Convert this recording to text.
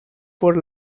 por